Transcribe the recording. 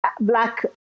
Black